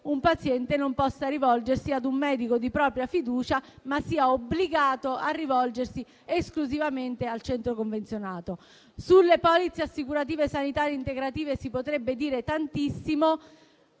un paziente non possa rivolgersi ad un medico di propria fiducia, ma sia obbligato a rivolgersi esclusivamente al centro convenzionato. Sulle polizze assicurative sanitarie integrative si potrebbe dire tantissimo;